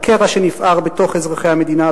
הקרע שנפער בתוך אזרחי המדינה,